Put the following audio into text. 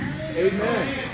Amen